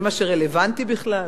זה מה שרלוונטי בכלל?